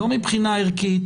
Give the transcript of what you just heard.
לא מבחינה ערכית,